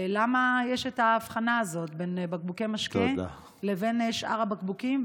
למה יש את ההבחנה הזאת בין בקבוקי משקה לבין שאר הבקבוקים?